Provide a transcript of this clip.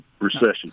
recession